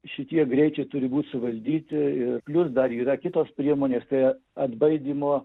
šitie greičiai turi būt suvaldyti ir plius dar yra kitos priemonės tai atbaidymo